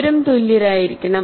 അവരും തുല്യരായിരിക്കണം